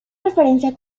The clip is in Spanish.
referencia